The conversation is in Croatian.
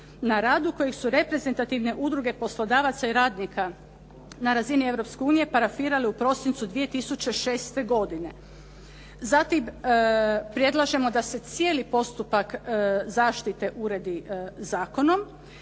na radu kojeg su reprezentativne udruge poslodavaca i radnika na razini Europske unije parafirale u prosincu 2006. godine. Zatim, predlažemo da se cijeli postupak zaštite uredi zakonom